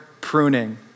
pruning